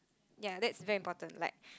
ya that's very important like